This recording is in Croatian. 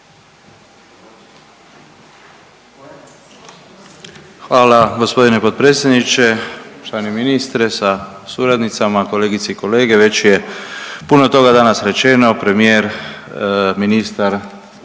Hvala g. potpredsjedniče, poštovani ministre sa suradnicama, kolegice i kolege. Već je puno toga danas rečeno, premijer i ministar